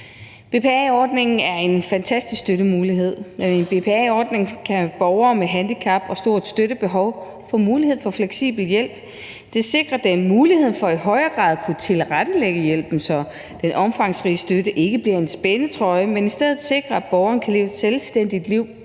BPA-ordningen er en fantastisk støttemulighed. Gennem BPA-ordningen kan borgere med handicap og stort støttebehov få mulighed for fleksibel hjælp. Det sikrer dem muligheden for i højere grad at kunne tilrettelægge hjælpen, så den omfangsrige støtte ikke bliver en spændetrøje, men i stedet sikrer, at borgeren kan leve et selvstændigt liv